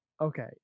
Okay